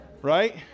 Right